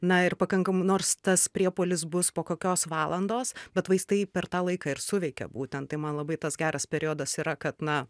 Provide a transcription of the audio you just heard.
na ir pakankamai nors tas priepuolis bus po kokios valandos bet vaistai per tą laiką ir suveikia būtent tai man labai tas geras periodas yra kad na